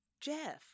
Jeff